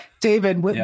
David